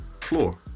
floor